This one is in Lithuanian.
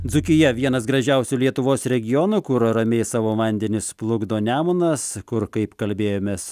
dzūkija vienas gražiausių lietuvos regionų kur ramiai savo vandenis plukdo nemunas kur kaip kalbėjomės